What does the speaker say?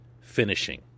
finishing